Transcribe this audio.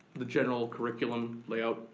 the general curriculum layout.